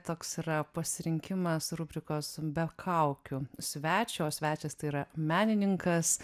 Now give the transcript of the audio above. toks yra pasirinkimas rubrikos be kaukių svečio o svečias tai yra menininkas